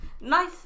nice